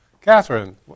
Catherine